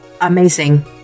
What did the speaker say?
amazing